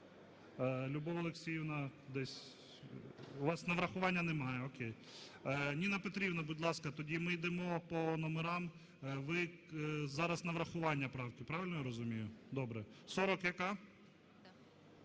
Любов Олексіївна десь… У вас на врахування немає, окей. Ніна Петрівна, будь ласка. Тоді ми йдемо по номерам. Ви зараз на врахування правки, правильно я розумію? Добре. Сорок яка?